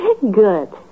Good